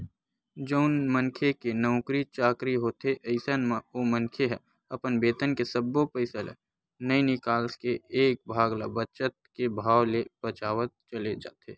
जउन मनखे के नउकरी चाकरी होथे अइसन म ओ मनखे ह अपन बेतन के सब्बो पइसा ल नइ निकाल के एक भाग ल बचत के भाव ले बचावत चले जाथे